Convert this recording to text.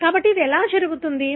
కాబట్టి ఇది ఎలా జరుగుతుంది